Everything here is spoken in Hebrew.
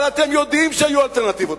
אבל אתם יודעים שהיו אלטרנטיבות,